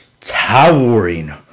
towering